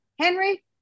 Henry